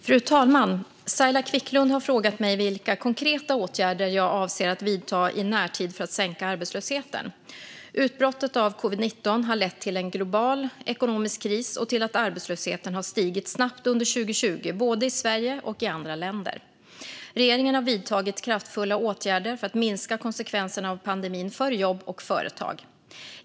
Fru talman! Saila Quicklund har frågat mig vilka konkreta åtgärder jag avser att vidta i närtid för att sänka arbetslösheten. Utbrottet av covid-19 har lett till en global ekonomisk kris och till att arbetslösheten har stigit snabbt under 2020, både i Sverige och i andra länder. Regeringen har vidtagit kraftfulla åtgärder för att minska konsekvenserna av pandemin för jobb och företag.